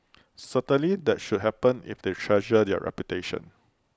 certainly that should happen if they treasure their reputation